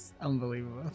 Unbelievable